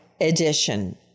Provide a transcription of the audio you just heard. Edition